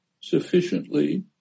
sufficiently